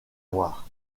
noirs